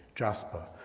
jasper,